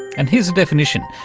and here's a definition.